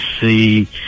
see